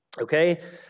Okay